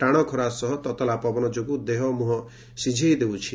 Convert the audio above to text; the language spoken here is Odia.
ଟାଣ ଖରା ସହ ତତଲା ପବନ ଯୋଗୁଁ ଦେହ ମୁହଁ ସିଝଝଇ ଦେଉଛି